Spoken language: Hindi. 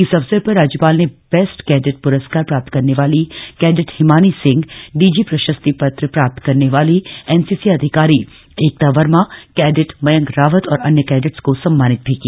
इस अवसर पर राज्यपाल ने बेस्ट कैडेट प्रस्कार प्राप्त करने वाली कैडेट हिमानी सिंह डीजी प्रशस्ति पत्र प्राप्त करने वाली एनसीसी अधिकारी एकता वर्मा कैडेट मयंक रावत और अन्य कैडेट्स को सम्मानित किया